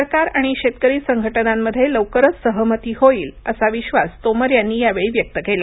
सरकार आणि शेतकरी संघटनांमध्ये लवकरच सहमती होईल असा विश्वास तोमर यांनी यावेळी व्यक्त केला